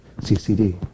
CCD